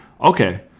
Okay